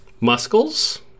muscles